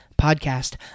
Podcast